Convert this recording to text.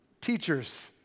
teachers